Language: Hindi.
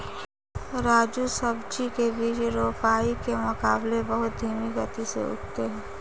राजू सब्जी के बीज रोपाई के मुकाबले बहुत धीमी गति से उगते हैं